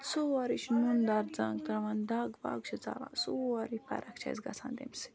سورُے چھِ نُن دار زَنٛگ ترٛاوان دَگ وَگ چھِ ژَلان سورُے فَرق چھےٚ اَسہِ گژھان تَمہِ سۭتۍ